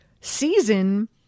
season